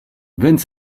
vingt